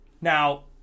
Now